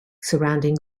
surrounding